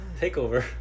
Takeover